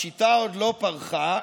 השיטה עוד לא פרחה,